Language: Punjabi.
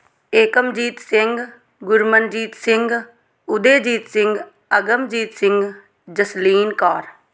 ਏਕਮਜੀਤ ਸਿੰਘ ਗੁਰਮਨਜੀਤ ਸਿੰਘ ਉਦੇਜੀਤ ਸਿੰਘ ਅਗਮਜੀਤ ਸਿੰਘ ਜਸਲੀਨ ਕੌਰ